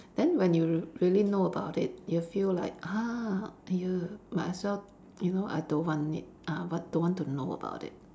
then when you really know about it you feel like ah you might as well you know I don't want it ah what don't want to know about it